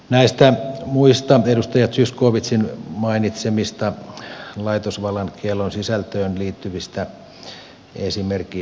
näistä muista edustaja zyskowiczin mainitsemista laitosvallan kiellon sisältöön liittyvistä esimerkkitapauksista